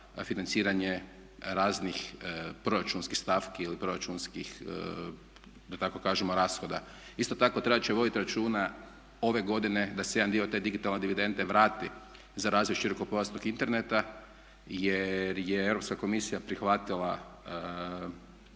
financiranje raznih proračunskih stavki ili proračunskih da tako kažemo rashoda. Isto tako, trebat će vodit računa ove godine da se jedan dio te digitalne dividende vrati za razvoj širokopojasnog interneta, jer je Europska komisija prihvatila